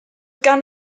gan